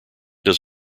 does